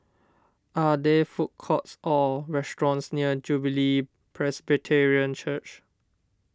are there food courts or restaurants near Jubilee Presbyterian Church